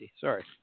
sorry